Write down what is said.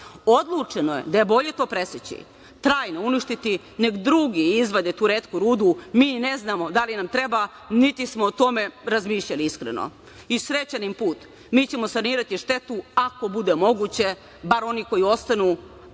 bavio. Odlučeno je da je bolje to preseći, trajno uništiti, nek drugi izvade tu retku rudu, mi ne znamo da li nam treba, niti smo o tome razmišljali iskreno. I srećan im put. Mi ćemo sanirati štetu, ako bude moguće, bar oni koji ostanu,